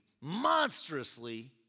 monstrously